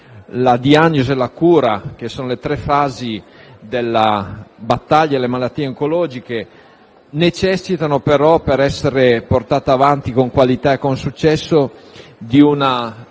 la diagnosi e la cura, che rappresentano le tre fasi della battaglia alle malattie oncologiche, necessitano, però, per essere portate avanti con qualità e con successo, di una